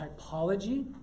typology